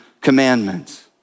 commandments